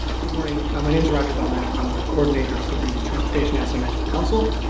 ah good morning my name is roger belton and i'm the coordinator for the transportation asset management council